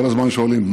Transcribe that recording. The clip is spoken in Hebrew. כל הזמן שואלים: